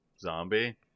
Zombie